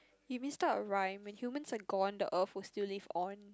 if we start a rhyme when humans are gone the earth will still live on